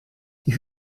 die